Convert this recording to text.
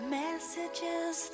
messages